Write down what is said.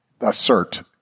assert